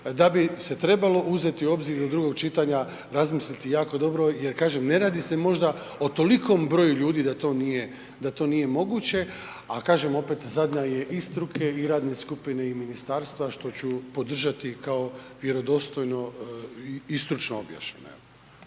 da bi se trebalo uzeti u obzir do drugog čitanja, razmisliti jako dobro jer kažem, ne radi se možda o tolikom broju ljudi da to nije moguće, ali kažem opet, zadnja je i struke i radne skupine i ministarstva, što ću podržati kao vjerodostojno i stručno objašnjeno.